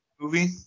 movie